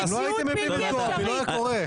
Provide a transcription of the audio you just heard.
מציאות בלתי-אפשרית,